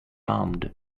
armed